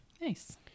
Nice